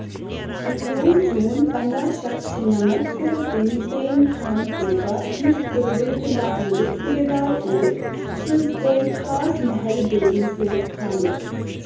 اَٹھوُہ جون پَنداہ شیٚتھ شُنَمَتھ کوٚر تٔمۍ زین خان كوكا، یُس كابل تہٕ لاہورٗک صوبیدار اوس، سٕنٛزِ کورِ خاص محل بیگمہِ سٕتۍ خاندَر